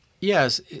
yes